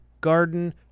garden